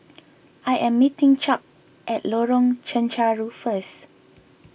I am meeting Chuck at Lorong Chencharu first